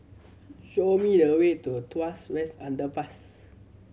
show me the way to Tuas West Underpass